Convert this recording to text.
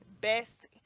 best